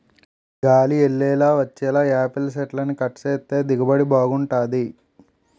గాలి యెల్లేలా వచ్చేలా యాపిల్ సెట్లని కట్ సేత్తే దిగుబడి బాగుంటది